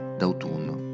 d'autunno